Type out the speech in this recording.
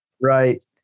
Right